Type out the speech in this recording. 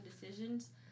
decisions